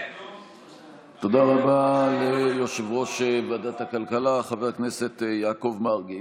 תודה רבה ליושב-ראש ועדת הכלכלה חבר הכנסת יעקב מרגי.